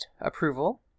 approval